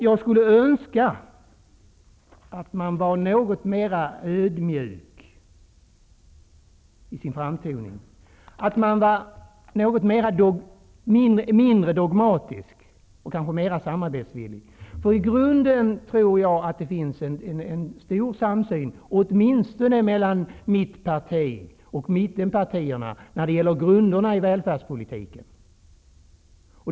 Jag skulle önska att man vore litet mer ödmjuk i sin framtoning, att man var något mindre dogmatisk och litet mer samarbetsvillig. Jag tror nämligen att det finns en stor samsyn, åtminstone mellan mitt parti och mittenpartierna, om grunderna i välfärdspolitiken.